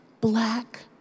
black